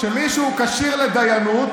שמי שהוא כשיר לדיינות